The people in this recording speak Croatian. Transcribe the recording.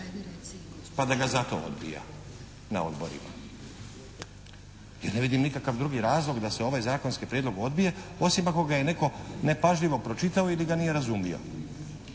Pa da ga zato odbija na odborima, jer ne vidim nikakav drugi razlog da se ovaj zakonski prijedlog odbije osim ako ga je netko nepažljivo pročitao ili da nije razumio.